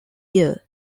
year